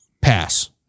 pass